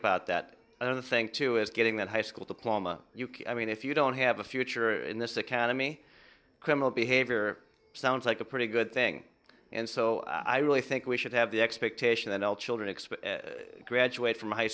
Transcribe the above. about that other thing too is getting that high school diploma i mean if you don't have a future in this economy criminal behavior sounds like a pretty good thing and so i really think we should have the expectation that all children expect graduate from high